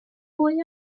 fwy